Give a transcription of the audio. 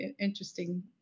interesting